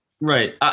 Right